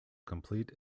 complete